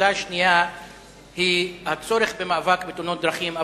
הנקודה השנייה היא הצורך במאבק בתאונות דרכים,